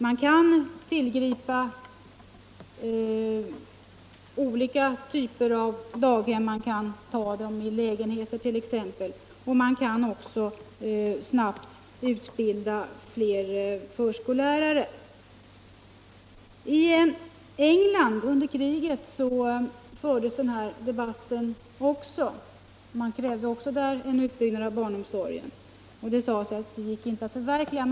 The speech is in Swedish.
Man kan inrätta olika typer av daghem — bl.a. i lägenheter - och också mycket snabbt utbilda fler förskollärare. I England fördes under kriget en motsvarande debatt, där man också krävde en utbyggnad av barnomsorgen, och det sades då att detta inte gick att förverkliga.